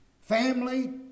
Family